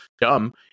dumb